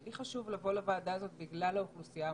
חשוב לי לבוא לוועדה הזו בגלל האוכלוסייה המוחלשת,